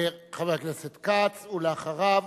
חבר הכנסת כץ, ואחריו,